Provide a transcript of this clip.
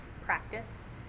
practice